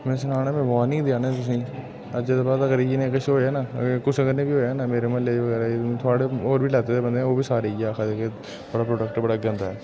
में सना दा में वार्निंग देआ'रना आं तुसेंगी अज्जै दे बाद अगर इ'यै नेहा किश होएया ना अगर कु'सै कन्नै बी होएया ना मेरे म्हल्ले च बगैरा थुआढ़े होर बी लैते दे बंदे ओह् बी सारे इ'यै आक्खै दे के थुआढ़ा प्रोडैक्ट बड़ा गंदा ऐ